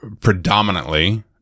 predominantly